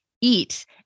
eat